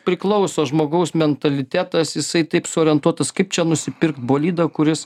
priklauso žmogaus mentalitetas jisai taip suorientuotas kaip čia nusipirkt bolidą kuris